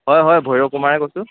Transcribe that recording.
হয় হয় ভৈৰৱ কুমাৰে কৈছোঁ